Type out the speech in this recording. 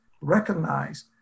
recognize